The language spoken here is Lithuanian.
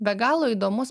be galo įdomus